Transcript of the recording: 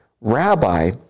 Rabbi